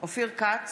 אופיר כץ,